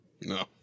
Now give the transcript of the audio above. No